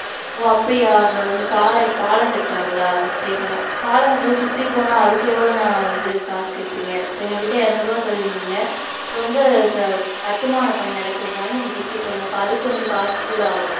ஓ அப்படியா அங்கே வந்து சாலை பாலம் கட்டுறாங்களா சரிண்ணா பாலம் கட்டுறது சுற்றிப் போனால் அதுக்கு எவ்வளோண்ணா வந்து காசு கேட்பீங்க இப்போ எங்ககிட்ட இரநூருவா சொல்லியிருந்தீங்க இப்போ வந்து ச கட்டுமான பணி நடக்கிறதுனால நீங்கள் சுற்றி போகிறீங்க இப்போ அதுக்கு வந்து காசு கூட ஆகுமா